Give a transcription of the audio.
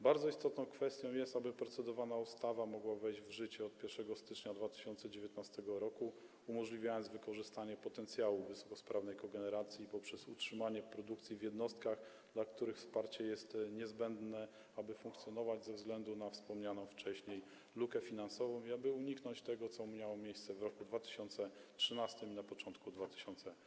Bardzo istotną kwestią jest, aby procedowana ustawa mogła wejść w życie od 1 stycznia 2019 r. i umożliwić wykorzystanie potencjału wysokosprawnej kogeneracji poprzez utrzymanie produkcji w jednostkach, dla których wsparcie jest niezbędne, aby funkcjonować, ze względu na wspomnianą wcześniej lukę finansową i aby uniknąć tego, co miało miejsce w roku 2013 i na początku 2014